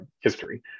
history